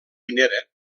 minera